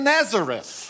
Nazareth